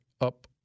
up